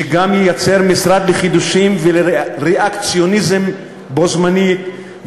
שגם ייצר משרד לחידושים ולריאקציוניזם בו-זמנית,